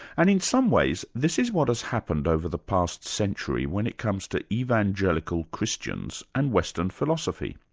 and in some ways, this is what has happened over the past century when it comes to evangelical christians, and western philosophy.